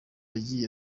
yagiye